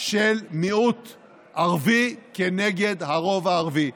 של מיעוט ערבי כנגד הרוב היהודי.